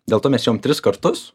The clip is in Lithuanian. dėl to mes ėjom tris kartus